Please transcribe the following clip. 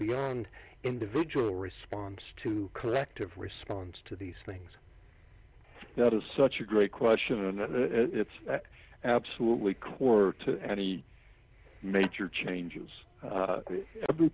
beyond individual response to collective response to these things that is such a great question and it's absolutely core to any major changes